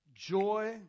Joy